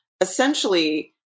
essentially